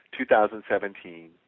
2017